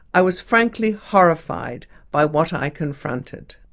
i was frankly horrified by what i confronted.